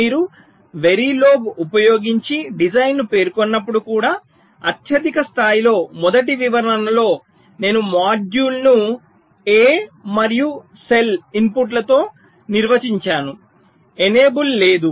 మీరు వెరిలోగ్ ఉపయోగించి డిజైన్ను పేర్కొన్నప్పుడు కూడా అత్యధిక స్థాయిలో మొదటి వివరణలో నేను మాడ్యూల్ను a మరియు sel ఇన్పుట్లతో నిర్వచించాను ఎనేబుల్ లేదు